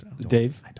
Dave